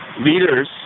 leaders